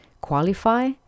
qualify